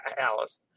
Alice